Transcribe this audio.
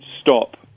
stop